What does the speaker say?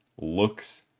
looks